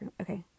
Okay